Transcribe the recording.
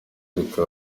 ariko